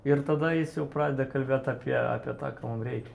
ir tada jis jau pradeda kalbėt apie apie tą ko mum reikia